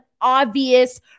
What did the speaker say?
obvious